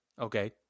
Okay